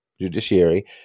judiciary